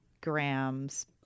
grams